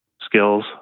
skills